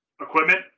equipment